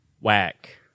whack